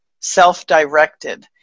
self-directed